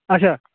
اچھا